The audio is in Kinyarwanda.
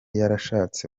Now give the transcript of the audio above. yarashatse